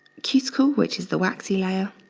cuticle which is the waxy layer